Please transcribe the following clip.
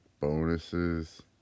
bonuses